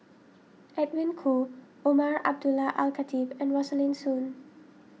Edwin Koo Umar Abdullah Al Khatib and Rosaline Soon